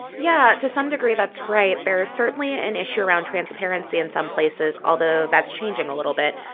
yeah. to some degree, that's right. there is certainly an issue around transparency in some places, although that's changing a little bit.